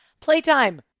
Playtime